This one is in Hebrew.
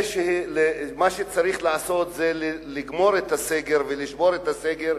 מה שצריך לעשות זה לגמור את הסגר ולשבור את הסגר,